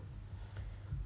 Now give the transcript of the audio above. mm